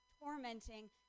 tormenting